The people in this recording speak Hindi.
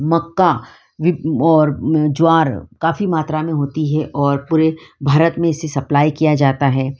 मक्का विप और ज्वार काफ़ी मात्रा में होती है और पूरे भारत में इसे सप्लाई किया जाता है